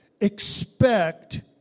Expect